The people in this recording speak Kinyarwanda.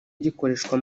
gikoreshwa